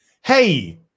Hey